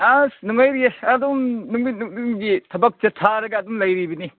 ꯑꯁ ꯅꯨꯡꯉꯥꯏꯔꯤꯌꯦ ꯑꯗꯨꯝ ꯅꯨꯃꯤꯠ ꯈꯨꯗꯤꯡꯒꯤ ꯊꯕꯛꯁꯦ ꯊꯥꯔꯒ ꯑꯗꯨꯝ ꯂꯩꯔꯤꯕꯅꯤ